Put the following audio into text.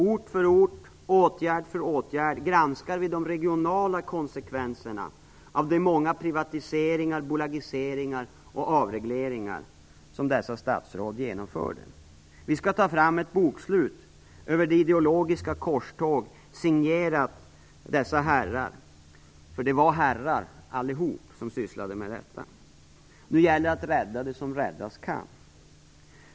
Ort för ort, åtgärd för åtgärd granskar vi de regionala konsekvenserna av de många privatiseringar, bolagiseringar och avregleringar som dessa statsråd genomförde. Vi skall ta fram ett bokslut över det ideologiska korståg som signerades av de herrar som sysslade med detta - för de var allihop herrar. Nu gäller det att räddas det som räddas kan.